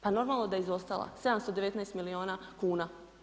Pa normalno da je izostala, 719 milijuna kuna.